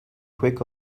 quick